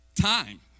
time